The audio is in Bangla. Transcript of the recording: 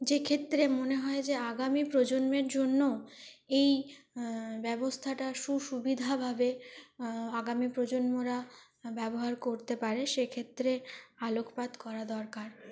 যেক্ষেত্রে মনে হয় যে আগামী প্রজন্মের জন্য এই ব্যবস্থাটার সুবিধাভাবে আগামী প্রজন্মরা ব্যবহার করতে পারে সেক্ষেত্রে আলোকপাত করা দরকার